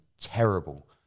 terrible